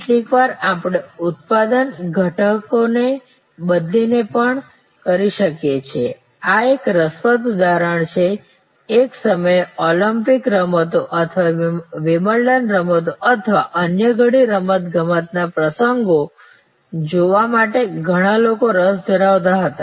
કેટલીકવાર આપણે ઉત્પાદન ઘટકોને બદલીને પણ કરી શકીએ છીએ આ એક રસપ્રદ ઉદાહરણ છે એક સમયે ઓલિમ્પિક્સ રમતો અથવા વિમ્બલ્ડન રમતો અથવા અન્ય ઘણી રમતગમતના પ્રસંગો જોવા માટે ઘણા લોકો રસ ધરાવતા હતા